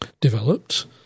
developed